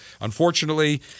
unfortunately